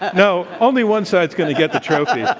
no. only one side's going to get the trophy. yeah